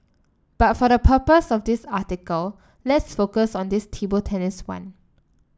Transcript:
but for the purpose of this article let's focus on this table tennis one